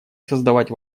создавать